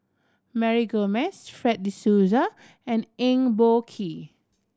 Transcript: Mary Gomes Fred De Souza and Eng Boh Kee